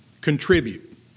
contribute